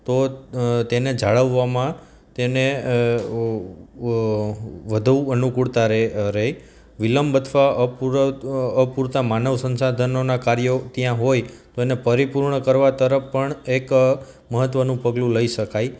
તો તેને જાળવવામાં તેને વધુ અનુકૂળતા રહે રહે વિલંબ અથવા અપૂરતાં માનવ સંસાધનોનાં કાર્યો ત્યાં હોય તો એને પરિપૂર્ણ કરવા તરફ પણ એક મહત્ત્વનું પગલું લઈ શકાય